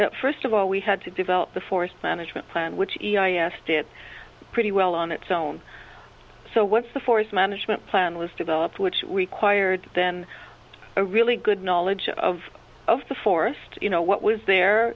that first of all we had to develop the forest management plan which i asked it pretty well on its own so what's the forest management plan was developed which required then a really good knowledge of of the forest you know what was there